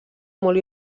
molt